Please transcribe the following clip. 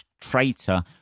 traitor